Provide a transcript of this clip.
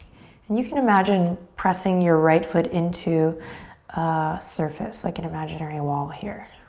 and you can imagine pressing your right foot into a surface, like an imaginary wall here.